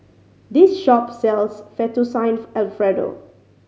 this shop sells Fettuccine Alfredo